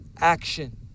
action